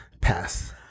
Pass